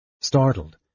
Startled